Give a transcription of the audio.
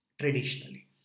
traditionally